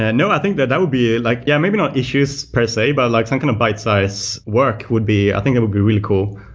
no. i think that that would be like yeah, maybe not issues per se, but like some kind of bite size work would be i think it would be really cool.